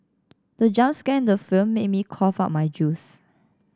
the jump scare in the film made me cough out my juice